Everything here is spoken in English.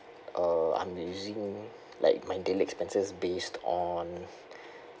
uh I'm using like my daily expenses based on